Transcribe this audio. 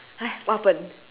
what happen